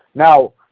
now,